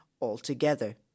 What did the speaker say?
altogether